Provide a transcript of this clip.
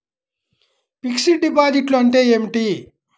Fixed డిపాజిట్లు అంటే ఏమిటి?